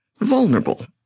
vulnerable